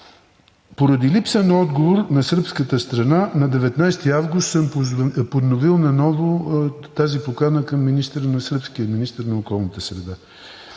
Поради липса на отговор от сръбската страна на 19 август съм подновил наново тази покана към сръбския министър на околната среда.